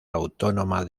autónoma